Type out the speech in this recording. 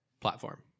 platform